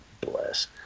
bless